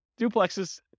duplexes